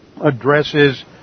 addresses